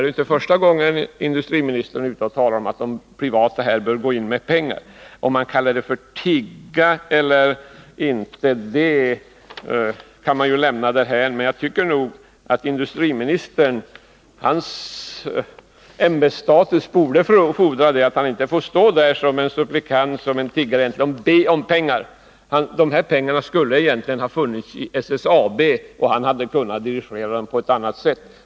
Det är inte första gången industriministern är ute och talar om att de privata företagen bör gå in med pengar — om det kallas för att tigga eller inte kan ju lämnas därhän. Men jag tycker att industriministerns ämbetsstatus fordrar att han inte står som en supplikant eller tiggare som ber om pengar. Dessa pengar skulle ha funnits i SSAB, och industriministern hade kunnat dirigera dem på ett annat sätt.